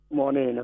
morning